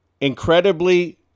incredibly